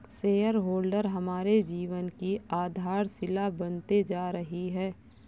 share holder हमारे जीवन की आधारशिला बनते जा रही है